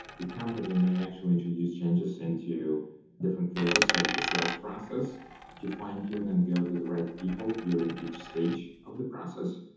the company may actually introduce changes into different phases so of the sales process to fine tune and go to the right people during each stage of the process.